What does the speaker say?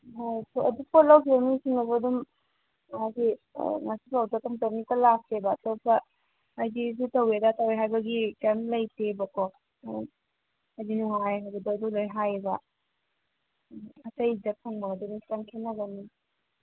ꯍꯣꯏ ꯑꯗꯨ ꯄꯣꯠ ꯂꯧꯈꯤꯕ ꯃꯤꯁꯤꯡꯅꯁꯨ ꯑꯗꯨꯝ ꯍꯥꯏꯗꯤ ꯉꯁꯤꯐꯥꯎꯗ ꯑꯗꯨꯝ ꯀꯔꯤꯝꯇ ꯂꯥꯛꯇꯦꯕ ꯑꯇꯣꯞꯄ ꯍꯥꯏꯗꯤ ꯑꯗꯨ ꯇꯧꯋꯦ ꯑꯗꯥ ꯇꯧꯋꯦ ꯍꯥꯏꯕꯒꯤ ꯀꯩꯝ ꯂꯩꯇꯦꯕꯀꯣ ꯍꯥꯏꯗꯤ ꯅꯨꯡꯉꯥꯏ ꯍꯥꯏꯕꯗꯣ ꯑꯗꯨ ꯂꯣꯏ ꯍꯥꯏꯌꯦꯕ ꯑꯇꯩꯗ ꯐꯪꯕꯗꯨꯒ ꯈꯏꯇꯪ ꯈꯦꯅꯒꯅꯤ